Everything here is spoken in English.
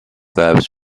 verbs